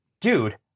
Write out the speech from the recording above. Dude